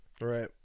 Right